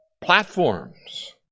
platforms